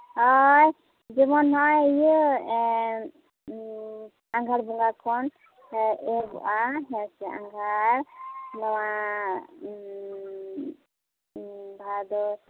ᱦᱳᱭ ᱡᱮᱢᱚᱱ ᱦᱚᱸᱜᱼᱚᱭ ᱤᱭᱟᱹ ᱟᱸᱜᱷᱟᱬ ᱵᱚᱸᱜᱟ ᱠᱷᱚᱱ ᱮᱦᱚᱵᱚᱜᱼᱟ ᱦᱮᱸ ᱥᱮ ᱟᱸᱜᱷᱟᱬ ᱱᱚᱣᱟ ᱵᱷᱟᱫᱚᱨ